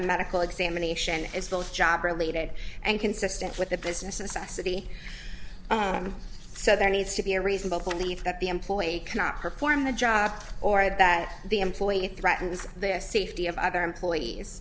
a medical examination is both job related and consistent with the business and society so there needs to be a reasonable belief that the employee cannot perform the job or that the employee threatens the safety of other employees